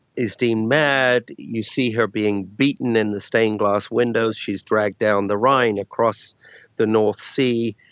is deemed mad, you see her being beaten in the stained-glass windows, she is dragged down the rhine across the north sea,